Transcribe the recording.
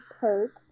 perk